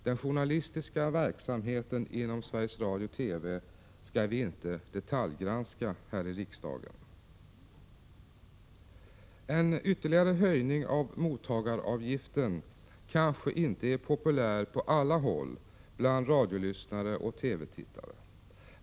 Den journalistiska verksamheten inom Sveriges Radio/TV skall vi inte detaljgranska här i riksdagen. En ytterligare höjning av mottagaravgiften kanske inte är populär på alla håll bland radiolyssnare och TV-tittare.